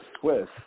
twist